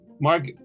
Mark